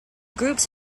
groups